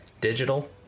digital